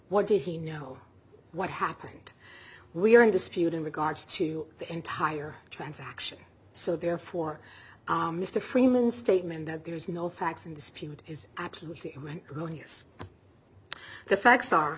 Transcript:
what did he know what happened we are in dispute in regards to the entire transaction so therefore our mr freeman statement that there is no facts in dispute is